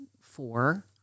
four